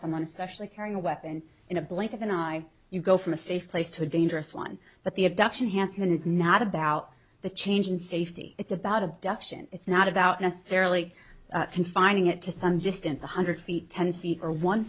someone especially carrying a weapon in a blink of an eye you go from a safe place to a dangerous one but the abduction hanson is not about the change in safety it's about abduction it's not about necessarily confining it to some distance one hundred feet ten feet or one